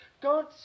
God